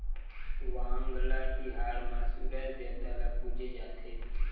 वांगला तिहार म सूरज देवता ल पूजे जाथे